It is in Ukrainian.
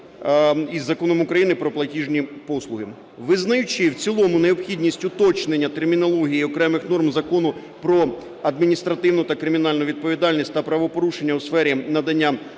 Законом України "Про платіжні послуги". Визнаючи в цілому необхідність уточнення термінології і окремих норм Закону про адміністративну та кримінальну відповідальність за правопорушення у сфері надання платіжних